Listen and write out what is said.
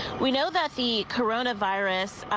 we know that the coronavirus